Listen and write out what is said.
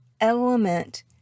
element